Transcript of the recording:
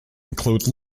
include